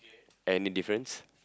any difference